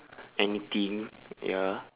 anything ya